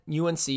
UNC